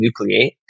Nucleate